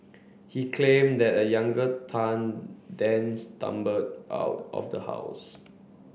he claimed that the younger Tan then stumbled out of the house